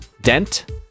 Dent